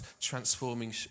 transforming